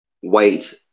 white